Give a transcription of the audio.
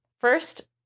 First